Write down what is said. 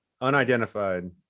Unidentified